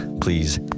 Please